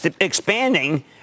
expanding